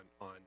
on